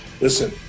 Listen